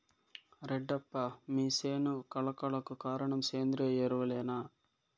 రెడ్డప్ప మీ సేను కళ కళకు కారణం సేంద్రీయ ఎరువులేనా